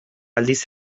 aldiz